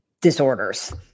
disorders